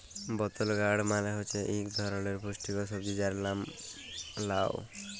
বতল গাড় মালে হছে ইক ধারালের পুস্টিকর সবজি যার লাম লাউ